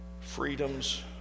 freedom's